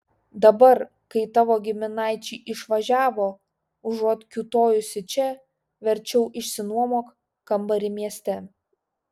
dabar kai tavo giminaičiai išvažiavo užuot kiūtojusi čia verčiau išsinuomok kambarį mieste